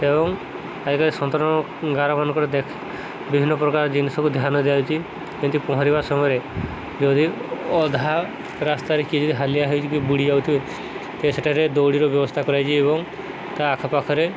ଏବଂ ଆଜିକାଲି ସନ୍ତରଣ ଗାରମାନଙ୍କର ଦେଖ ବିଭିନ୍ନ ପ୍ରକାର ଜିନିଷକୁ ଧ୍ୟାନ ଦଆଯାଉଚି ଯେମିତି ପହଁରିବା ସମୟରେ ଯଦି ଅଧା ରାସ୍ତାରେ କିଏ ଯଦି ହାଲିଆ ହେଇଚି କି ବୁଡ଼ି ଯାଉଥିବ ତ ସେଠାରେ ଦଉଡ଼ିର ବ୍ୟବସ୍ଥା କରାଯାଇଛି ଏବଂ ତା ଆଖପାଖରେ